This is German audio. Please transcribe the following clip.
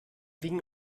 wegen